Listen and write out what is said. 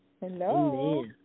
Hello